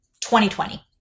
2020